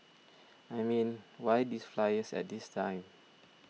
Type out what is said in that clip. I mean why these flyers at this time